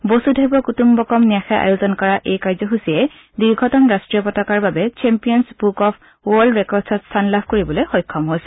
বসুধৈৱ কুটুম্বকম ন্যাসে আয়োজন কৰা এই কাৰ্যসূচীয়ে দীৰ্ঘতম ৰট্টীয় পতাকাৰ বাবে চেম্পিয়নছ বুক অৱ ৱৰ্লড ৰেকডছত স্থান লাভ কৰিবলৈ সক্ষম হৈছে